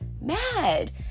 mad